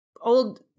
old